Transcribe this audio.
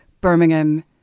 Birmingham